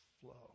flow